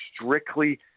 strictly